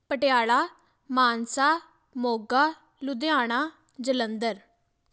Patiala Mansa Moga Ludhiana Jalandhar